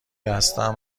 هستم